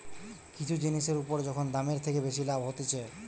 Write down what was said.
কিছু জিনিসের উপর যখন দামের থেকে বেশি লাভ হতিছে